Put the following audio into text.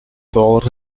poet